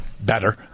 better